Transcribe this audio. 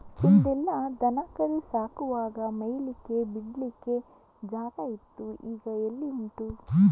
ಹಿಂದೆಲ್ಲ ದನ ಕರು ಸಾಕುವಾಗ ಮೇಯ್ಲಿಕ್ಕೆ ಬಿಡ್ಲಿಕ್ಕೆ ಜಾಗ ಇತ್ತು ಈಗ ಎಲ್ಲಿ ಉಂಟು